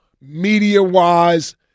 media-wise